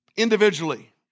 individually